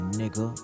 nigga